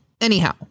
anyhow